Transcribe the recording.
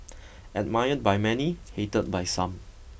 admired by many hated by some